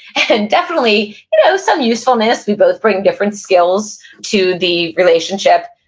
and definitely, you know, some usefulness, we both bring different skills to the relationship.